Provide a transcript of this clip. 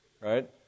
Right